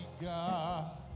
God